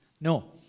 No